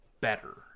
better